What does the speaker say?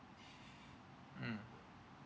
mm